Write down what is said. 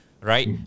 right